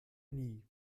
nie